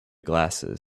glasses